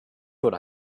would